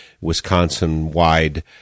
Wisconsin-wide